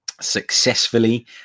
successfully